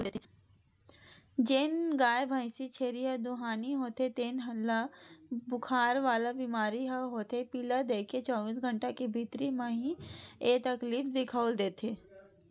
जेन गाय, भइसी, छेरी ह दुहानी होथे तेन ल बुखार वाला बेमारी ह होथे पिला देके चौबीस घंटा के भीतरी म ही ऐ तकलीफ दिखउल देथे